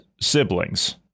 siblings